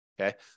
Okay